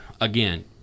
again